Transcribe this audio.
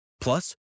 Plus